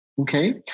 okay